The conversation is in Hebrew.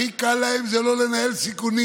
הכי קל להם זה לא לנהל סיכונים,